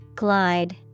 Glide